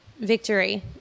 victory